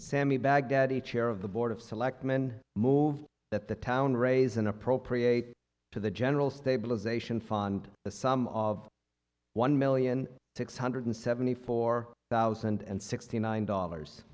sammy baghdadi chair of the board of selectmen move that the town raise an appropriate to the general stabilization fund the sum of one million six hundred seventy four thousand and sixty nine dollars